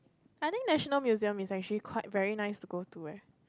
I think National Museum is actually quite very nice to go to leh